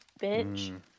bitch